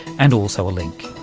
and also a link.